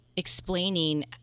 explaining